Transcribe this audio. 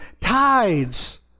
tides